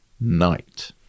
night